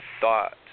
thought